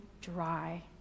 dry